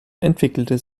entwickelte